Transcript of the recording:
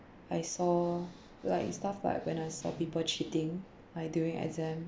I saw like stuff like when I saw people cheating like during exam